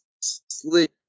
sleep